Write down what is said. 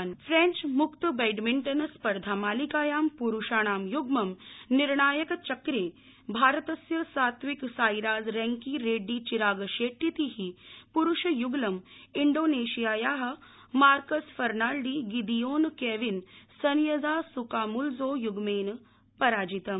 badminton French म्क्त badminton स्पर्धा मालिकायां प्रुषाणां य्ग्म निर्णायक चक्रे भारतस्य सात्विक साईराज रैंकी रेड्डी चिराग शेट्टीति प्रुषय्गलं इण्डोनेशियायाः Marcus Fernaldi Gideon Kevin Sanjaya Sukamuljo य्ग्मेन पराजितम्